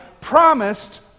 promised